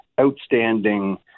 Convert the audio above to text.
outstanding